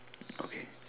okay